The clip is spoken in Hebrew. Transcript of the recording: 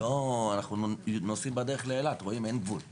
אנחנו נוסעים בדרך לאילת, רואים, אין גבול כמעט.